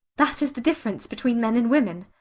that is the difference between men and women.